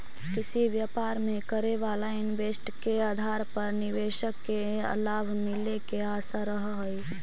किसी व्यापार में करे वाला इन्वेस्ट के आधार पर निवेशक के लाभ मिले के आशा रहऽ हई